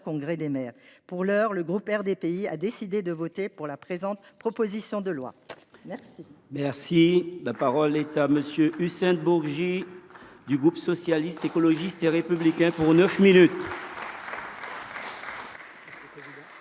congrès des maires. Pour l’heure, le groupe RDPI a décidé de voter pour la présente proposition de loi. La